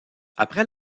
après